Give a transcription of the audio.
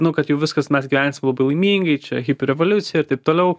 nu kad jau viskas mes gyvensim labai laimingai čia hipių revoliucija ir taip toliau